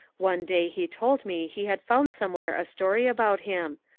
one day he told me he had found somewhere a story about him.